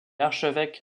archevêque